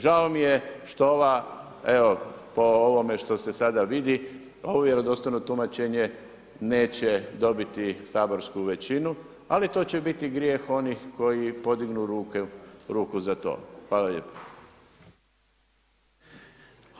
Žao mi je što ova evo po ovome što se sada vidi ovo vjerodostojno tumačenje neće dobiti saborsku većinu, ali to će biti grijeh onih koji podignu ruku za to.